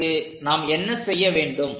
இதற்கு நாம் என்ன செய்ய வேண்டும்